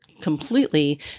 completely